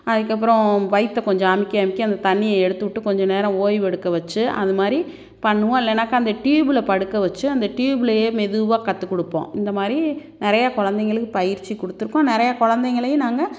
அதுக்கப்புறம் வயிற்றை கொஞ்சம் அமுக்கி அமுக்கி அந்த தண்ணியை எடுத்துவிட்டு கொஞ்ச நேரம் ஓய்வெடுக்க வச்சு அது மாதிரி பண்ணுவோம் இல்லைன்னாக்கா அந்த டியூப்பில் படுக்க வச்சு அந்த டியூப்பிலேயே மெதுவாக கற்றுக் கொடுப்போம் இந்த மாதிரி நிறையா கொழந்தைங்களுக்கு பயிற்சி கொடுத்துருக்கோம் நிறைய கொழந்தைங்களையும் நாங்கள்